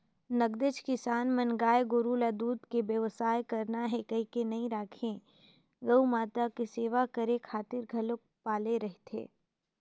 नगदेच किसान मन गाय गोरु ल दूद के बेवसाय करना हे कहिके नइ राखे गउ माता के सेवा करे खातिर घलोक पाले रहिथे